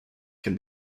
can